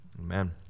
Amen